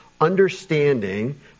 understanding